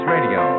Radio